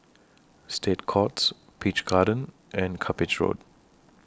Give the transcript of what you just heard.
State Courts Peach Garden and Cuppage Road